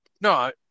No